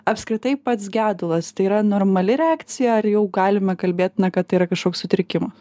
apskritai pats gedulas tai yra normali reakcija ar jau galime kalbėt na kad tai yra kažkoks sutrikimas